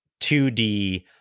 2d